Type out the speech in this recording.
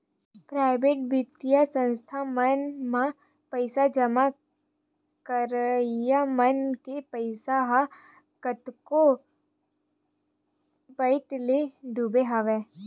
private बित्तीय संस्था मन म पइसा जमा करइया मन के पइसा ह कतको पइत ले डूबे हवय